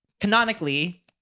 canonically